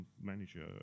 manager